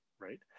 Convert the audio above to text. right